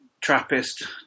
Trappist